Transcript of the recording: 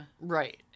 Right